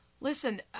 Listen